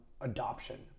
adoption